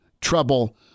trouble